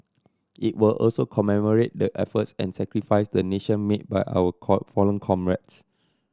it will also commemorate the efforts and sacrifice the nation made by our call fallen comrades